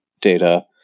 data